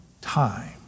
time